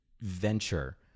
venture